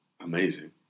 amazing